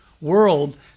world